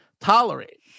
tolerate